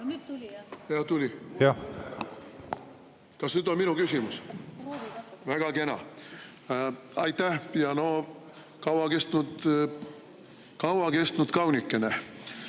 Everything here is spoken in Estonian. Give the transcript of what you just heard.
Kas nüüd on minu küsimus? Väga kena, aitäh! No kaua kestnud kaunikene.